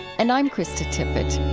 and i'm krista tippett